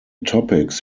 topics